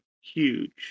huge